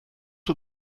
are